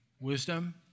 wisdom